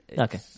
Okay